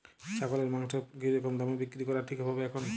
ছাগলের মাংস কী রকম দামে বিক্রি করা ঠিক হবে এখন?